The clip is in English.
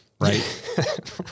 Right